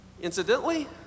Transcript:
Incidentally